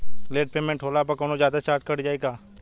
Late payment होला पर कौनोजादे चार्ज कट जायी का?